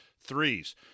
threes